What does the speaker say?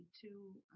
two